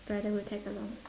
brother would tag along